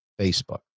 Facebook